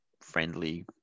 friendly